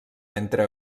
entre